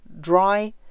Dry